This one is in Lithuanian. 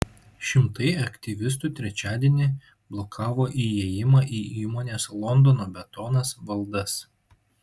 šimtai aktyvistų trečiadienį blokavo įėjimą į įmonės londono betonas valdas